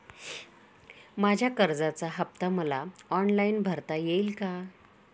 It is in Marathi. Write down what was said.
माझ्या कर्जाचा हफ्ता मला ऑनलाईन भरता येईल का?